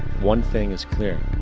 one thing is clear.